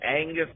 Angus